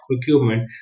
procurement